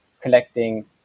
collecting